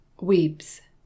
weeps